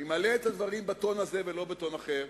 אני מעלה את הדברים בטון הזה ולא בטון אחר.